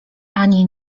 ani